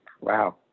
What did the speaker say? Wow